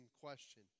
question